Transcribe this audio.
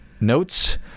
notes